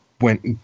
went